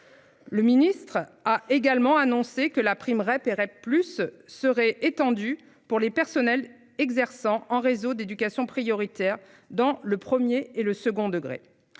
Le ministre a également annoncé que la prime Rep et Rep plus serait étendu pour les personnels exerçant en réseau d'éducation prioritaire dans le 1er et le second degré.